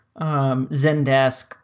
Zendesk